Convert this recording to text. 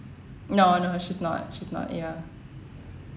no no she's not she's not ya